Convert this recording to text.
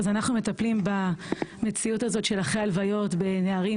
אנחנו מטפלים במציאות הזאת של אחרי הלוויות בנערים.